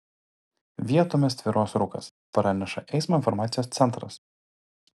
vietomis tvyros rūkas praneša eismo informacijos centras